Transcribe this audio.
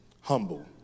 humble